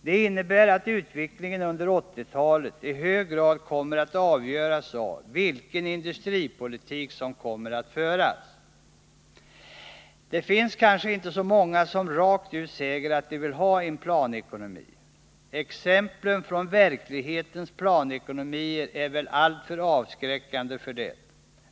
Det innebär att utvecklingen under 1980-talet i hög grad kommer att avgöras av vilken industripolitik som kommer att föras. Det finns kanske inte så många som rakt ut säger att de vill ha en planekonomi. Exemplen från verklighetens planekonomier är väl alltför avskräckande för det.